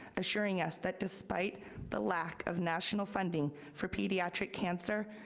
assuring us that despite the lack of national funding for pediatric cancer,